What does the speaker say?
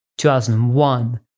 2001